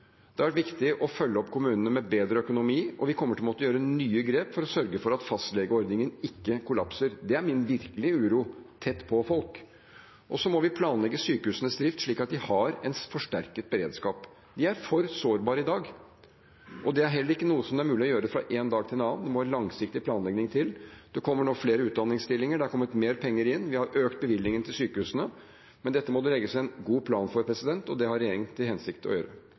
Det har vært viktig å følge opp kommunene med bedre økonomi, og vi kommer til å måtte gjøre nye grep for å sørge for at fastlegeordningen ikke kollapser. Det er min virkelige uro – tett på folk. Så må vi planlegge sykehusenes drift slik at de har en forsterket beredskap. De er for sårbare i dag. Det er heller ikke noe som det er mulig å gjøre fra én dag til en annen, det må langsiktig planlegging til. Det kommer nå flere utdanningsstillinger, det har kommet mer penger inn, vi har økt bevilgningen til sykehusene, men dette må det legges en god plan for, og det har regjeringen til hensikt å gjøre.